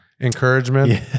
encouragement